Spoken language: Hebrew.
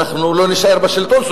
אנחנו לא נישאר בשלטון".